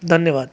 धन्यवाद